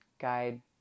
guide